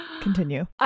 Continue